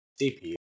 CPU